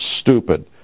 stupid